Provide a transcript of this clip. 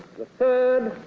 the third